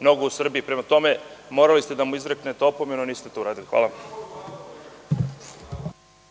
mnogo u Srbiji. Prema tome, morali ste da mu izreknete opomenu, a niste to uradili. Hvala.